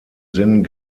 sinn